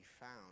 found